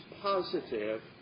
positive